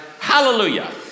hallelujah